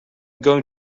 going